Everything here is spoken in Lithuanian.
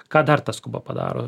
ką dar ta skuba padaro